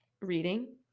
reading